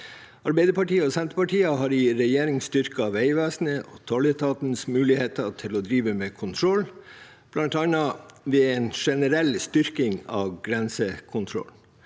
Arbeiderpartiet og Senterpartiet har i regjering styrket Vegvesenets og tolletatens muligheter til å drive med kontroll, bl.a. ved en generell styrking av grensekontrollen,